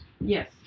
Yes